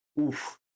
Oof